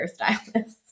hairstylist